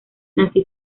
nació